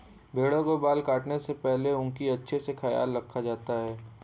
भेड़ों के बाल को काटने से पहले उनका अच्छे से ख्याल रखा जाता है